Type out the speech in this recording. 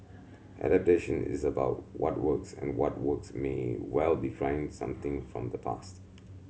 adaptation is about what works and what works may well be trying something from the past